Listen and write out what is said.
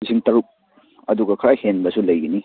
ꯂꯤꯁꯤꯡ ꯇꯔꯨꯛ ꯑꯗꯨꯒ ꯈꯔ ꯍꯦꯟꯕꯁꯨ ꯂꯩꯒꯅꯤ